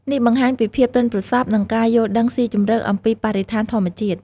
នេះបង្ហាញពីភាពប៉ិនប្រសប់ និងការយល់ដឹងស៊ីជម្រៅអំពីបរិស្ថានធម្មជាតិ។